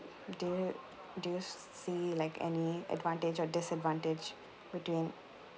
do you do you see like any advantage or disadvantage between